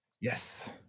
yes